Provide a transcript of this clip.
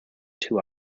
two